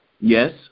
Yes